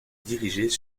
dirigées